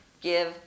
give